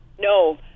No